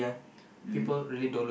mmhmm